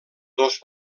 dos